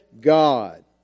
God